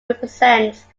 represents